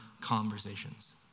conversations